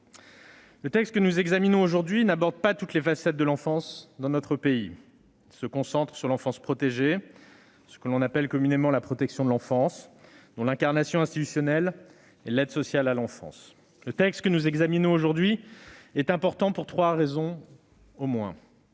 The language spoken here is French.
Le texte que nous examinons aujourd'hui n'aborde pas toutes les facettes de l'enfance dans notre pays : il se concentre sur l'enfance protégée, sur ce que l'on appelle communément la protection de l'enfance, dont l'incarnation institutionnelle est l'aide sociale à l'enfance (ASE). Ce texte est important pour plusieurs raisons.